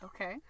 Okay